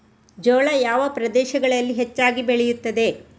ಜೋಳ ಯಾವ ಪ್ರದೇಶಗಳಲ್ಲಿ ಹೆಚ್ಚಾಗಿ ಬೆಳೆಯುತ್ತದೆ?